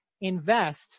Invest